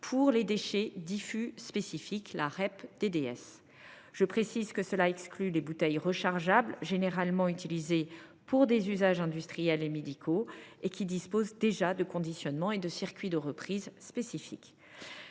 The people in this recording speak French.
REP des déchets diffus spécifiques. Je précise que seraient exclues du dispositif les bouteilles rechargeables, généralement utilisées pour des usages industriels et médicaux, qui disposent déjà de conditionnements et de circuits de reprise spécifiques.